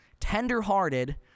tenderhearted